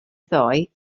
ddoe